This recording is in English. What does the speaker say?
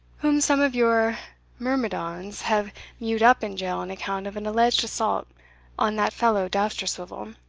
whom some of your myrmidons have mewed up in jail on account of an alleged assault on that fellow dousterswivel,